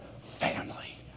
family